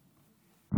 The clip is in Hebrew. אדוני היושב-ראש,